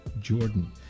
Jordan